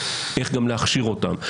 איך גם להכשיר אותם.